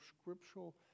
scriptural